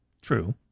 True